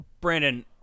Brandon